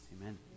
Amen